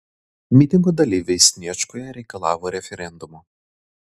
mitingo dalyviai sniečkuje reikalavo referendumo